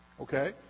okay